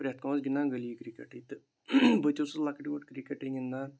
پرٛٮ۪تھ کانٛہہ اوس گِنٛدان گٔلی کِرکٹٕے تہٕ بہٕ تہِ اوسُس لۅکٹ وۅکٹ کِرکٹٕے گِنٛدان